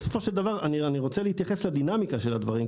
בסופו של דבר אני רוצה להתייחס לדינמיקה של הדברים,